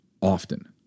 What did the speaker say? often